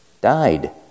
died